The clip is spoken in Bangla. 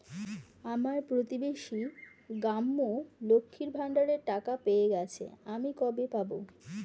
আমার প্রতিবেশী গাঙ্মু, লক্ষ্মীর ভান্ডারের টাকা পেয়ে গেছে, আমি কবে পাব?